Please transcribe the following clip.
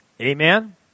Amen